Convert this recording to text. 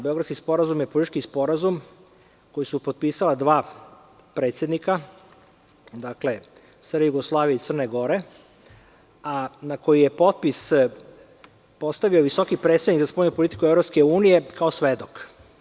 Beogradski sporazum je politički sporazum koji su potpisala dva predsednika SRJ i Crne Gore, a na koji je potpis postavio visoki predsednik za spoljnu politiku EU kao svedok.